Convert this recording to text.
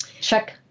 check